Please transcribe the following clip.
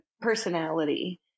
personality